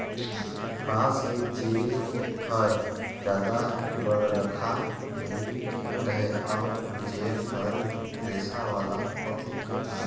बांस के जेर हर जादा बड़रखा नइ रहें अउ जेर हर रेसा वाला होथे